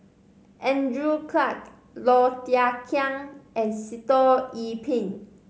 Andrew Clarke Low Thia Khiang and Sitoh Yih Pin